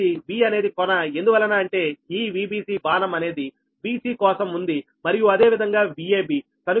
b అనేది కొన ఎందువలన అంటే ఈ Vbc బాణం అనేది bc కోసం ఉంది మరియు అదే విధంగా Vab